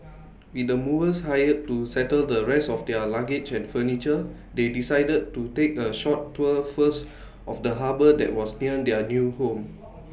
with the movers hired to settle the rest of their luggage and furniture they decided to take A short tour first of the harbour that was near their new home